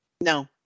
No